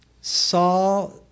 Saul